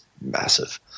massive